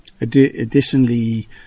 additionally